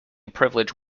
privilege